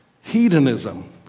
Hedonism